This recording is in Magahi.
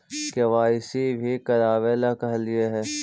के.वाई.सी भी करवावेला कहलिये हे?